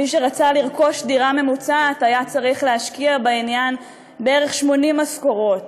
מי שרצה לרכוש דירה ממוצעת היה צריך להשקיע בעניין בערך 80 משכורות,